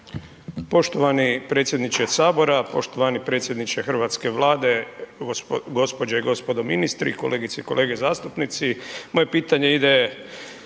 Poštovani predsjedniče sabora, poštovani predsjedniče hrvatske Vlade, gospođe i gospodo ministri, kolegice i kolege zastupnici moje pitanje ide